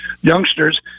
youngsters